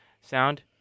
sound